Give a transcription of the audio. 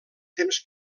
temps